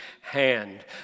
hand